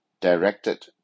directed